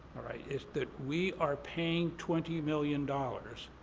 is that we are paying twenty million dollars